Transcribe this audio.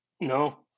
No